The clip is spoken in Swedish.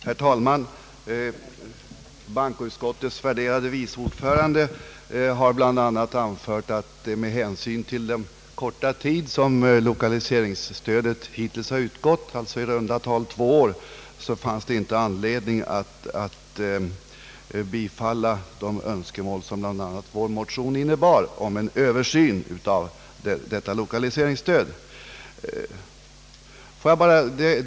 Herr talman! Bankoutskottets värderade vice ordförande har bl.a. anfört att det med hänsyn till den korta tid som lokaliseringsstödet hittills har utgått — alltså ungefär två år — inte finns anledning att bifalla de önskemål som framfördes i vår motion om en översyn av lokaliseringsstödet.